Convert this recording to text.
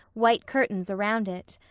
white curtains around it.